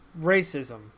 racism